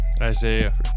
Isaiah